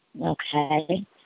Okay